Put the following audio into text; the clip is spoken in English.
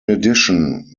addition